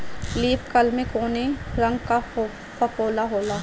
Leaf कल में कौने रंग का फफोला होला?